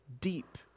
deep